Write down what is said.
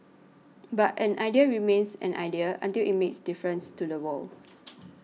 but an idea remains an idea until it makes a difference to the world